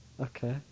Okay